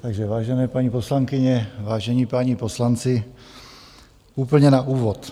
Takže vážené paní poslankyně, vážení páni poslanci, úplně na úvod.